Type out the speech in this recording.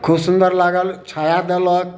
खूब सुन्दर लागल छाया देलक